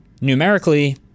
Numerically